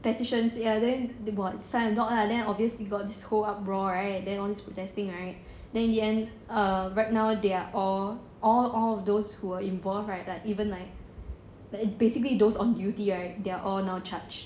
petitions ya then they got sign a lot ah then obviously they got this whole uproar right then all this protesting right then in the end err right now they are all all all of those who were involved right like even like basically those on duty right they are all now charged